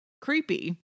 creepy